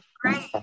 Great